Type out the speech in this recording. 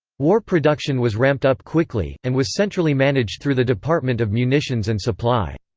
war production was ramped up quickly, and was centrally managed through the department of munitions and supply.